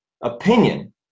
opinion